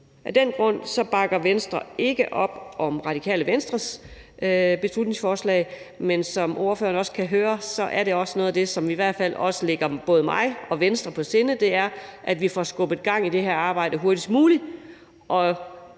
Af den grund bakker Venstre ikke op om Radikale Venstres beslutningsforslag. Men som ordføreren også kan høre, er noget af det, som i hvert fald ligger både mig og Venstre på sinde, at vi får skubbet gang i det her arbejde hurtigst muligt.